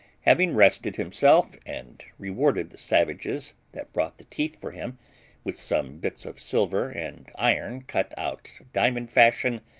having rested himself and rewarded the savages that brought the teeth for him with some bits of silver and iron cut out diamond fashion,